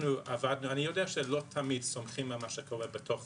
אני יודע שלא תמיד סומכים על מה שקורה בתוך